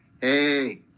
Hey